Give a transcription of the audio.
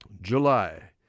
July